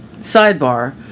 sidebar